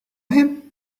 him